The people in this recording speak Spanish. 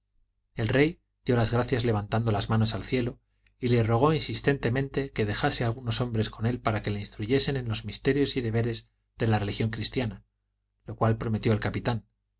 el rey dio las gracias levantando las manos al cielo y le rogó insistentemente que dejase algunos hombres con él para que le instruyesen en los misterios y deberes de la religión cristiana lo cual prometió el capitán